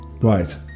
Right